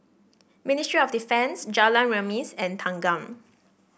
Ministry of Defence Jalan Remis and Thanggam